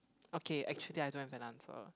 okay actually I don't have an answer